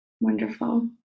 Wonderful